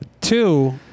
Two